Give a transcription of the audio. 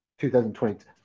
2020